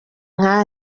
nka